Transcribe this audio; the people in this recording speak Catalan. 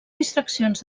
distraccions